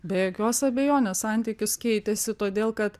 be jokios abejonės santykis keitėsi todėl kad